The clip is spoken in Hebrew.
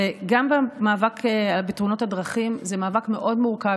גם המאבק בתאונות הדרכים הוא מאבק מאוד מורכב,